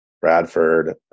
Bradford